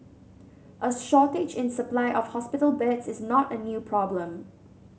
a shortage in supply of hospital beds is not a new problem